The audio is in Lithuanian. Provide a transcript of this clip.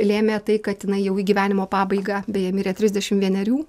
lėmė tai kad jinai jau į gyvenimo pabaigą beje mirė trisdešim vienerių